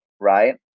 right